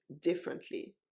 differently